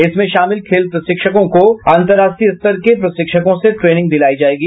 इसमें शामिल खेल प्रशिक्षकों को अन्तर्राष्ट्रीय स्तर के प्रशिक्षकों से ट्रेनिंग दिलाई जायेगी